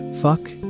fuck